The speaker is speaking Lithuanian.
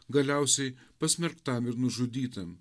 galiausiai pasmerktam ir nužudytam